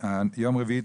היום יום רביעי,